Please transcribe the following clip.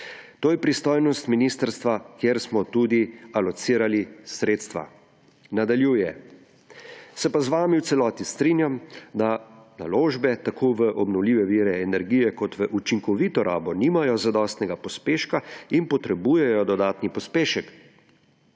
To je pristojnost ministrstva, kjer smo tudi alocirali sredstva.« Nadaljuje: »Se pa z vami v celoti strinjam, da naložbe tako v obnovljive vire energije kot v učinkovito rabo nimajo zadostnega pospeška in potrebujejo dodatni pospešek,